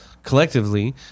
collectively